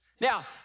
Now